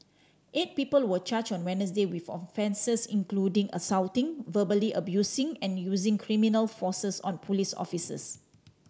eight people were charged on Wednesday with offences including assaulting verbally abusing and using criminal force on police officers